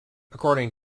according